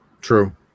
True